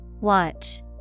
Watch